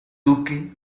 duque